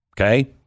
Okay